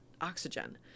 oxygen